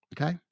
okay